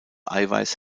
eiweiß